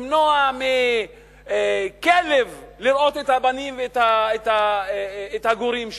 ימנעו מכלב לראות את הבנים ואת הגורים שלו,